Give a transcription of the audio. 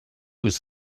was